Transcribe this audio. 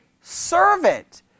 servant